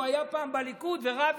הוא היה פעם ליכוד ורב איתו,